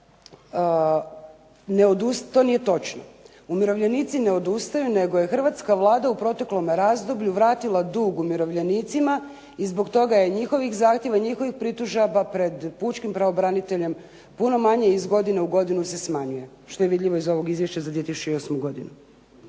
to nije točno. Umirovljenici ne odustaju nego je hrvatska Vlada u proteklom razdoblju vratila dug umirovljenicima i zbog toga je njihovih zahtjeva, njihovim pritužaba pred pučkim pravobraniteljem puno manje iz godine u godinu se smanjuje što je vidljivo iz ovog izvješća za 2008. godinu.